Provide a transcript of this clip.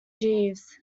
jeeves